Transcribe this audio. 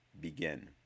Begin